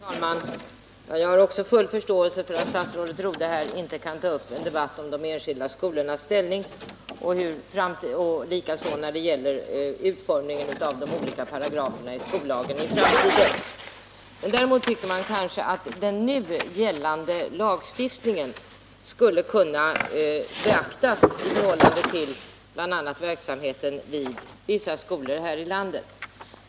Herr talman! Jag har också full förståelse för att statsrådet Rodhe här inte kan ta upp en debatt om enskilda skolors ställning och utformningen av de olika paragraferna i skollagen. Däremot tycker jag kanske att den nu gällande 189 lagstiftningen skulle kunna beaktas i förhållande till bl.a. verksamheten vid vissa skolor här i landet.